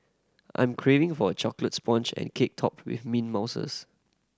I'm craving for a chocolate sponge cake topped with mint mousses